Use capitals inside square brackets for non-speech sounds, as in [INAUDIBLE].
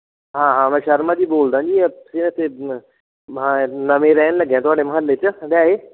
ਹਾਂ ਹਾਂ ਮੈਂ ਸ਼ਰਮਾ ਜੀ ਬੋਲਦਾ ਜੀ ਅਸੀਂ ਇੱਥੇ ਨਵੇਂ ਰਹਿਣ ਲੱਗੇ ਹਾਂ ਤੁਹਾਡੇ ਮੁਹੱਲੇ 'ਚ [UNINTELLIGIBLE]